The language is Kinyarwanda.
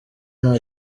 nta